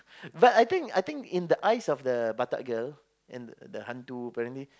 but I think I think in the eyes of the batak girl and the hantu apparently